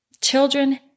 Children